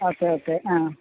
okay okay ആ